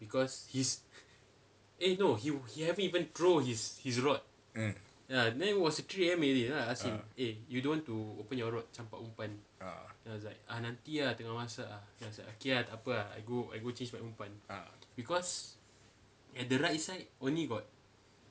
mm mm uh uh